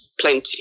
plenty